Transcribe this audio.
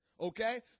Okay